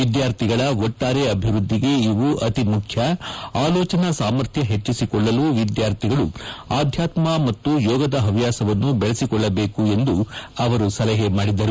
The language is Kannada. ವಿದ್ಯಾರ್ಥಿಗಳ ಒಟ್ಟಾರೆ ಅಭಿವೃದ್ಧಿಗೆ ಇವು ಅತಿ ಮುಖ್ಯ ಆಲೋಚನಾ ಸಾಮರ್ಥ್ಯ ಹೆಚ್ಚಿಸಿಕೊಳ್ಳಲು ವಿದ್ಯಾರ್ಥಿಗಳು ಆಧ್ಯಾತ್ಮ ಮತ್ತು ಯೋಗದ ಹವ್ಯಾಸವನ್ನು ಬೆಳಸಿಕೊಳ್ಳಬೇಕು ಎಂದು ಸಲಹೆ ಮಾಡಿದರು